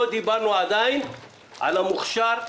לא דיברנו עדיין על המוכש"ר,